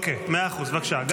בבקשה.